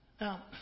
Now